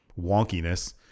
wonkiness